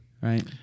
Right